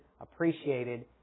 appreciated